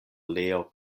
leo